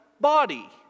body